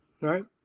right